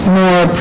more